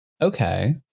okay